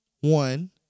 One